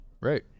right